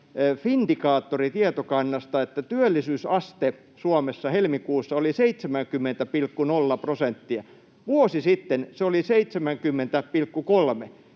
Findikaattori-tietokannasta, että työllisyysaste Suomessa helmikuussa oli 70,0 prosenttia. Vuosi sitten se oli 70,3.